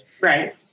Right